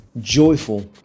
joyful